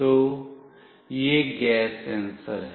तो यह gas sensor है